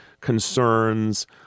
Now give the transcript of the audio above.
concerns